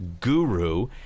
guru